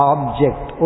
Object